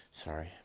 Sorry